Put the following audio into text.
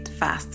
fast